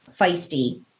feisty